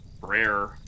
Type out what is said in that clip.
Rare